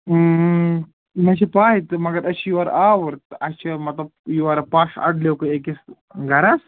مےٚ چھِ پےَ تہٕ مگر أسۍ چھِ یورٕ آوُر تہٕ اَسہِ چھِ مطلب یورٕ پَش اَڈٕلٮ۪کُے أکِس گَرَس